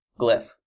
glyph